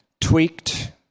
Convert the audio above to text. tweaked